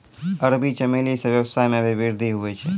अरबी चमेली से वेवसाय मे भी वृद्धि हुवै छै